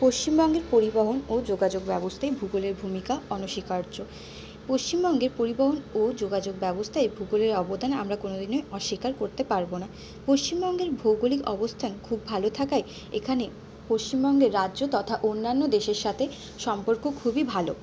পশ্চিমবঙ্গের পরিবহন ও যোগাযোগ ব্যবস্থায় ভূগোলের ভূমিকা অনস্বীকার্য পশ্চিমবঙ্গে পরিবহন ও যোগাযোগ ব্যবস্থায় ভূগোলের অবদান আমরা কোনও দিনই অস্বীকার করতে পারব না পশ্চিমবঙ্গের ভৌগোলিক অবস্থান খুব ভালো থাকায় এখানে পশ্চিমবঙ্গের রাজ্য তথা অন্যান্য দেশের সাথে সম্পর্ক খুবই ভালো